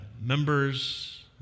members